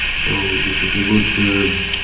so, this is a good.